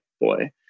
boy